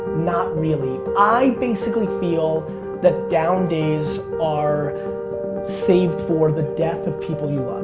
not really. i basically feel that down days are saved for the death of people you